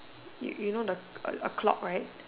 you you know the a clock right